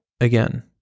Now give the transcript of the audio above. again